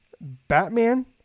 Batman